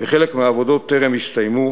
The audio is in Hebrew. וחלק מהעבודות טרם הסתיימו,